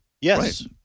Yes